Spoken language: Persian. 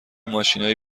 ماشینای